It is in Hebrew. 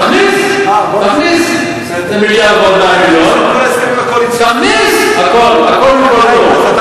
הכול מכול כול, עזוב.